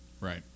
Right